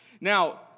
Now